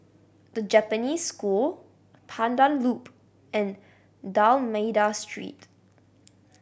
The Japanese School Pandan Loop and D'Almeida Street